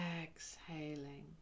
exhaling